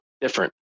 Different